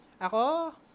Ako